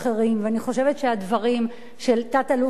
ואני חושבת שהדברים של תת-אלוף ניצן